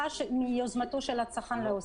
מיוזמתו של הצרכן לעוסק?